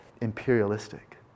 imperialistic